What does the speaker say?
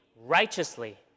righteously